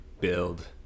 build